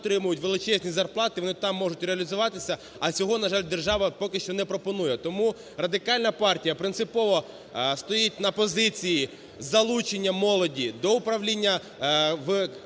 там отримують величезні зарплати, вони там можуть реалізуватися, а цього, на жаль, держава поки що не пропонує. Тому Радикальна партія принципово стоїть на позиції залучення молоді до управління в країні,